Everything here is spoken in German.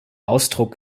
ausdruck